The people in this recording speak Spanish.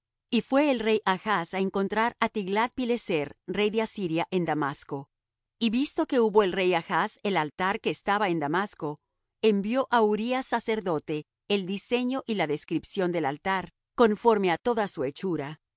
y fué el rey achz á encontrar á tiglath pileser rey de asiria en damasco y visto que hubo el rey achz el altar que estaba en damasco envió á urías sacerdote el diseño y la descripción del altar conforme á toda su hechura